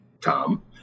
Tom